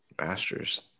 Master's